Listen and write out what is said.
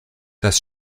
das